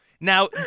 now